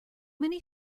many